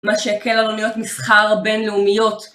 מה שהקל על עלויות מסחר בינלאומיות.